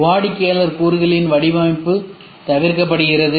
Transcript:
வாடிக்கையாளர் கூறுகளின் வடிவமைப்பு தவிர்க்கப்படுகிறது